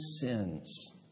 sins